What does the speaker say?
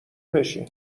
بشین